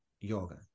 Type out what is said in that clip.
yoga